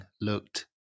looked